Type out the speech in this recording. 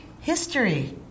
history